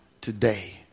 today